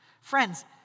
Friends